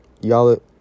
Y'all